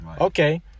Okay